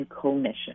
commission